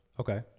Okay